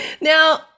Now